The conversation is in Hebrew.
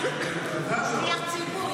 הוא שליח ציבור,